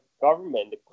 government